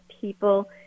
people